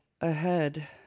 Ahead